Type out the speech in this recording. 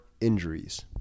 injuries